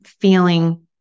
feeling